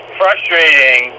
frustrating